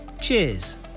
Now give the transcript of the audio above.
Cheers